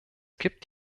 gibt